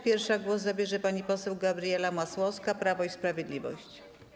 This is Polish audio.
Pierwsza głos zabierze pani poseł Gabriela Masłowska, Prawo i Sprawiedliwość.